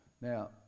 now